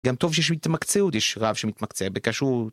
גם טוב שיש התמקצעות, יש רב שמתמקצע בכשרות.